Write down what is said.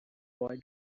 boy